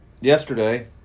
Yesterday